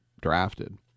drafted